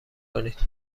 کنید